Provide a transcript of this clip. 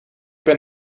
ben